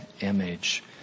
image